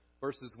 verses